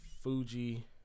fuji